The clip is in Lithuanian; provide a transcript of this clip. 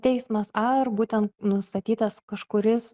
teismas ar būtent nustatytas kažkuris